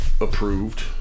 approved